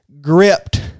gripped